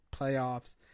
playoffs